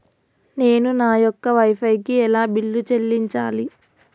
నేను నా యొక్క వై ఫై కి ఎలా బిల్లు చెల్లించాలి?